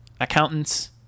accountants